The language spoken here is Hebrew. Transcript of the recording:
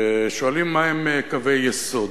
ושואלים: מהם קווי יסוד?